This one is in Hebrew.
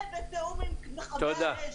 ובתיאום עם מכבי האש.